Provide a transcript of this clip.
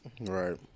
Right